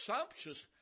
sumptuous